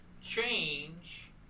change